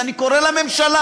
ואני קורא לממשלה: